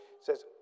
says